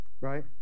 Right